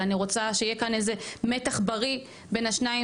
אלא אני רוצה שיהיה כאן איזה מתח בריא בין השניים,